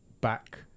back